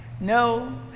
no